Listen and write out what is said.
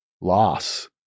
loss